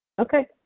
Okay